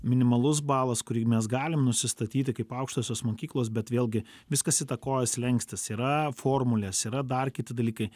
minimalus balas kurį mes galim nusistatyti kaip aukštosios mokyklos bet vėlgi viskas įtakoja slenkstis yra formulės yra dar kiti dalykai